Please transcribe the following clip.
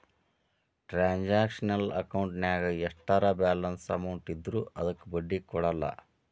transactional ಅಕೌಂಟಿನ್ಯಾಗ ಎಷ್ಟರ balance amount ಇದ್ರೂ ಅದಕ್ಕ ಬಡ್ಡಿ ಕೊಡಲ್ಲ